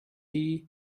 and